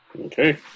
Okay